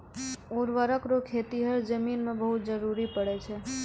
उर्वरक रो खेतीहर जीवन मे बहुत जरुरी पड़ै छै